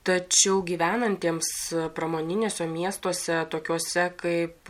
tačiau gyvenantiems pramoniniuose miestuose tokiuose kaip